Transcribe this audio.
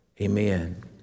Amen